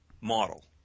model